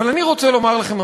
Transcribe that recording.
אבל אני רוצה לומר לכם,